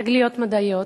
תגליות מדעיות.